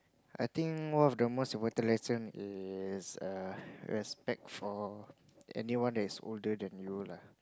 I think one of the most important lesson is err respect for anyone that is older than you lah